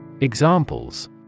Examples